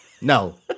No